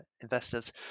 investors